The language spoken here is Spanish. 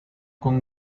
con